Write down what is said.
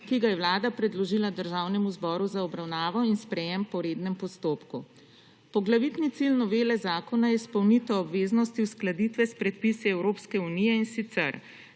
ki ga je Vlada predložila Državnemu zboru za obravnavo in sprejem po rednem postopku. Poglavitni cilj novele zakona je izpolnitev obveznosti uskladitve s predpisi Evropske unije in sicer,